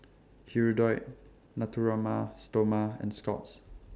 Hirudoid Natura Ma Stoma and Scott's